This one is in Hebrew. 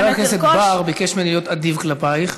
חבר הכנסת בר ביקש ממני להיות אדיב כלפייך,